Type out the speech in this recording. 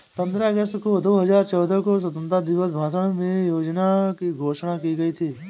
पन्द्रह अगस्त दो हजार चौदह को स्वतंत्रता दिवस भाषण में योजना की घोषणा की गयी थी